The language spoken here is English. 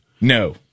No